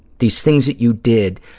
these things that you did,